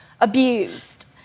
abused